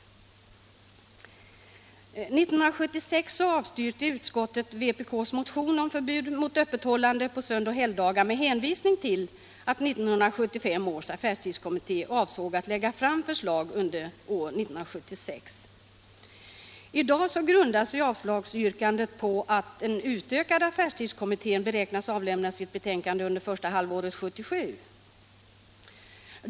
År 1976 avstyrkte utskottet vpk:s motion om förbud mot öppethållande på sönoch helgdagar med hänvisning till att 1975 års affärstidskommitté avsåg att lägga fram förslag under år 1976. I dag grundar sig avslagsyrkandet på att den utökade affärstidskommittén beräknas avlämna sitt betänkande under första halvåret 1977.